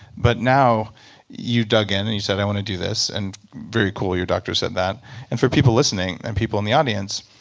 but now you've dug in and you said i want to do this and very cool your doctor said that and for people listening and people in the audience,